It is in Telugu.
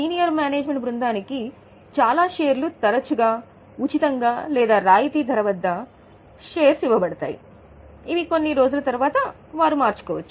కాబట్టి వారికి చాలా షేర్లు తరచుగా ఉచితంగా లేదా రాయితీ ధర వద్ద ఇవ్వబడతాయి ఇవి కొన్ని రోజుల తరువాత మార్చబడతాయి